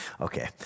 Okay